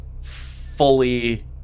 fully